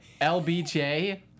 LBJ